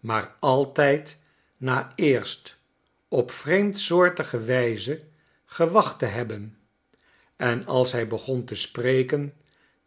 maar altijd na eerst op vreemdsoortige wijze gewacht te hebben en als hij begon te spreken